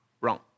Wrong